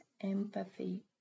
empathy